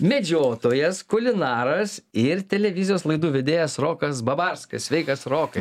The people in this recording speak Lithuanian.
medžiotojas kulinaras ir televizijos laidų vedėjas rokas babarskas sveikas rokai